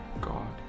God